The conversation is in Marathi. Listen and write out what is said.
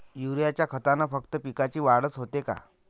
युरीया खतानं फक्त पिकाची वाढच होते का?